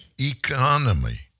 economy